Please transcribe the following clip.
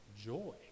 joy